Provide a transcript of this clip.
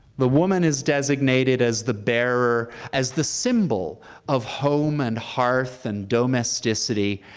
the woman is designated as the bearer, as the symbol of home, and hearth, and domesticity,